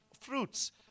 fruits